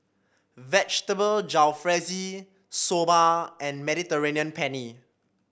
Vegetable Jalfrezi Soba and Mediterranean Penne